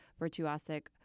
virtuosic